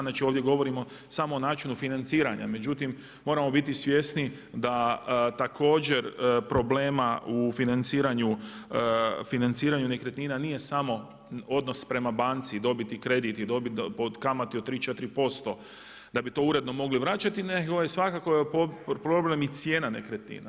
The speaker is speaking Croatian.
Znači ovdje govorimo samo o načinu financiranja, međutim, moramo biti svjesni da također problema u financiranju nekretnina nije samo odnos orem banci, dobiti kredit, dobiti kamatu od 3, 4% da bi to uredno mogli vraćati, nego je svakako problem i cijena nekretnina.